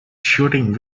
shooting